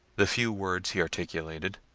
the few words he articulated,